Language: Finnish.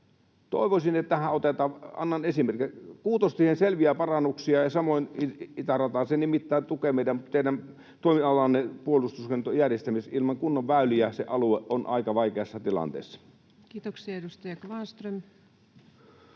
Toivoisin, että otetaan — annan esimerkin — Kuutostiehen selviä parannuksia ja samoin itärataan. Se nimittäin tukee teidän toimialaanne, puolustuksen järjestämistä. Ilman kunnon väyliä se alue on aika vaikeassa tilanteessa. Kiitoksia. — Edustaja Kvarnström.